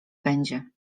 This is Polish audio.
będzie